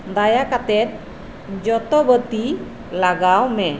ᱫᱟᱭᱟ ᱠᱟᱛᱮᱜ ᱡᱚᱛᱚ ᱵᱟ ᱛᱤ ᱞᱟᱜᱟᱣ ᱢᱮ